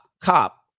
cop